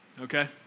okay